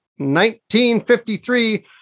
1953